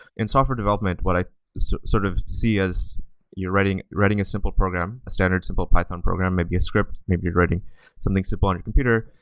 in software development, what i sort of see as you're writing a simple program, a standard simple python program, maybe a script, maybe you're writing something simple on your computer,